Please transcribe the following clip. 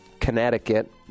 Connecticut